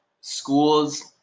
schools